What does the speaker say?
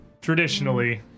traditionally